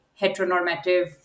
heteronormative